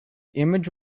image